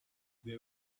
they